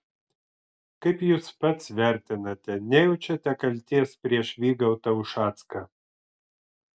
kaip jūs pats vertinate nejaučiate kaltės prieš vygaudą ušacką